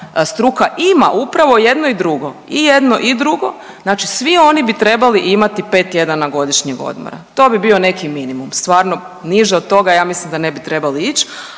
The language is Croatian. struka ima upravo jedno i drugo, i jedno i drugo. Znači svi oni bi trebali imati pet tjedana godišnjeg odmora, to bi bio neki minimum. Stvarno niže od toga ja mislim da ne bi trebali ići,